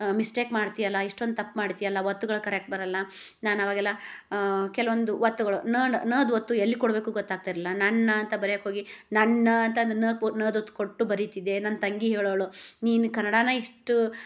mistake ಮಾಡ್ತೀಯಲ್ಲ ಇಷ್ಟೊಂದು ತಪ್ಪು ಮಾಡ್ತೀಯಲ್ಲ ಒತ್ತುಗಳು ಕರೆಕ್ಟ್ ಬರಲ್ಲ ನಾನು ಅವಾಗೆಲ್ಲ ಕೆಲವೊಂದು ಒತ್ತುಗಳು ನ ನ ನ ದ್ ಒತ್ತು ಎಲ್ಲಿ ಕೊಡಬೇಕು ಗೊತ್ತಾಗ್ತಾ ಇರಲಿಲ್ಲ ನನ್ನ ಅಂತ ಬರಿಯಕ್ಕೋಗಿ ನನ್ನ ಅಂತಂದು ನ ಕು ನ ದ್ ಒತ್ತು ಕೊಟ್ಟು ಬರೀತಿದ್ದೆ ನನ್ನ ತಂಗಿ ಹೇಳೋಳು ನೀನು ಕನ್ನಡಾನ ಇಷ್ಟು